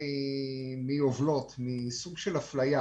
באפליה: